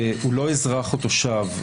הוא לא אזרח או תושב,